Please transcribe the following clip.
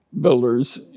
builders